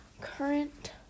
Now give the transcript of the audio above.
current